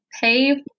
Pay